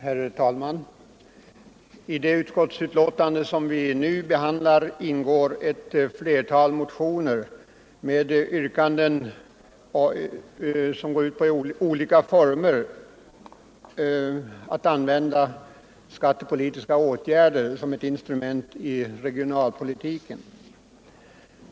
Herr talman! I det utskottsbetänkande som vi nu skall diskutera behandlas ett flertal motioner med yrkanden som går ut på att vidta olika skattepolitiska åtgärder som ett instrument i regionalpolitiken.